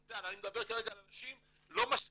עם דן, אני מדבר על אנשים לא משכילים.